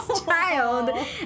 child